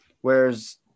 Whereas